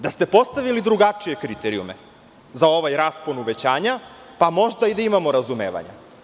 Da ste postavili drugačije kriterijume za ovaj raspon uvećanja, pa možda i da imamo razumevanja.